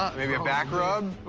maybe a back rub,